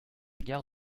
gare